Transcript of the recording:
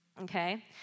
Okay